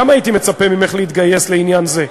הייתי מצפה גם ממך להתגייס לעניין זה.